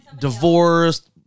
divorced